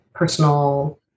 personal